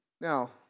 Now